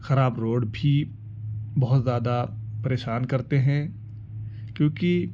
خراب روڈ بھی بہت زیادہ پریشان کرتے ہیں کیوںکہ